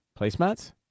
Placemats